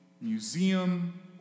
Museum